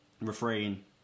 refrain